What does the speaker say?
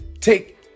take